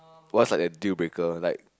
what's like a dealbreaker like